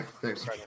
thanks